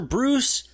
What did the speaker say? Bruce